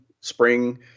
Spring